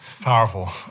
powerful